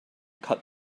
cut